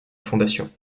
fondation